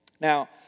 Now